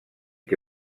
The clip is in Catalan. que